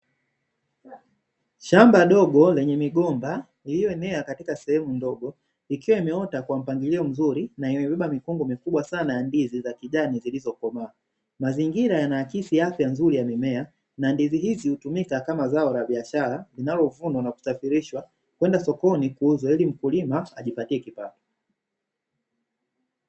Shamba dogo lenye migomba, iliyoenea katika sehemu ndogo, ikiwa imeota kwa mpangilio mzuri na imebeba mikungu mikubwa sana ya ndizi za kijani zilizokomaa, mazingira yanaakisi afya nzuri ya mimea na ndizi hizi hutumika kama zao la biashara linalovunwa na kusafirishwa kwenda sokoni ili mkulima ajipatie kipato.